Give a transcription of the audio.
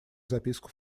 записку